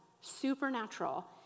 supernatural